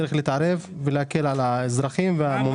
צריך להתערב ולהקל על האזרחים והממונים.